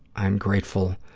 i am grateful